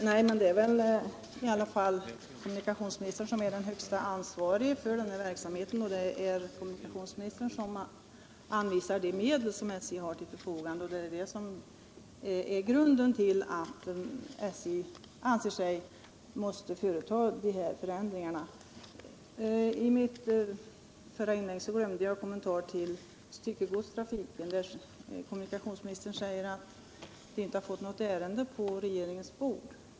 Herr talman! Det är väl ändå kommunikationsministern som är den högste ansvarige för den här verksamheten, och det är kommunikationsministern som anvisar de medel som SJ får till sitt förfogande. Det är just den otillräckliga medelsanvisningen som gör att man inom SJ anser sig vara tvungen att företa de här förändringarna. I mitt förra inlägg glömde jag att göra en kommentar när det gäller styckegodstrafiken. Kommunikationsministern sade att det i detta avseende ännu inte ligger något ärende på regeringens bord.